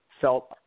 felt